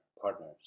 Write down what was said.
partners